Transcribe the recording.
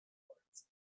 parts